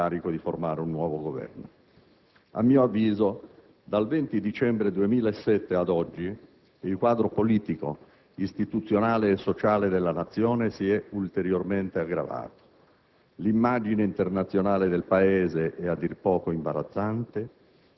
si concludesse e si concluda con il conferimento al presidente Prodi dell'incarico di formare un nuovo Governo. A mio avviso, dal 20 dicembre 2007 ad oggi il quadro politico, istituzionale e sociale della Nazione si è ulteriormente aggravato,